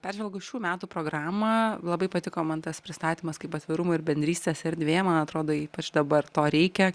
peržvelgus šių metų programą labai patiko man tas pristatymas kaip atvirumo ir bendrystės erdvė man atrodo ypač dabar to reikia